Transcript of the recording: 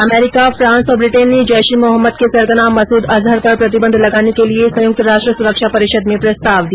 America France और Britain ने जैश ए मोहम्मद के सरगना मसूद अजहर पर प्रतिबंध लगाने के लिये संयुक्त राष्ट्र सुरक्षा परिषद में प्रस्ताव दिया